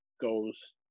goes